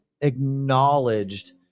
acknowledged